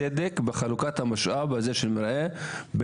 חלוקת שטחי המרעה.